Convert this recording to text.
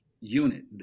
unit